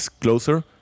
closer